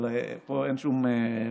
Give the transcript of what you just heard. אבל פה אין שום בעיה.